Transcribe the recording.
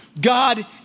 God